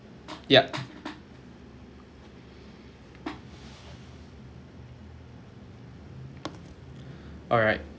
yup alright